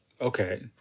Okay